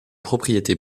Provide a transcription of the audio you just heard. propriété